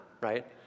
right